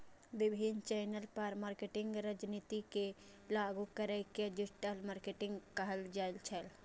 विभिन्न चैनल पर मार्केटिंग रणनीति के लागू करै के डिजिटल मार्केटिंग कहल जाइ छै